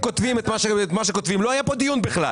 כותבים את מה שכותבים לא היה פה דיון בכלל.